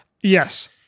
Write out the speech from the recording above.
Yes